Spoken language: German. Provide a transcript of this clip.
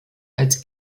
als